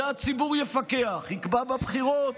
זה הציבור יפקח, יקבע בבחירות.